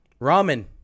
Ramen